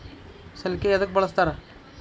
ಸಲಿಕೆ ಯದಕ್ ಬಳಸ್ತಾರ?